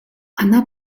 она